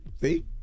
See